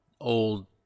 old